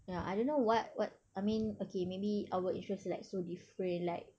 ya I don't know what what I mean okay maybe our interest like so different like